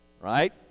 right